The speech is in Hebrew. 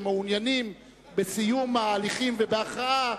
שמעוניינים בסיום ההליכים ובהכרעה,